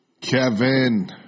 Kevin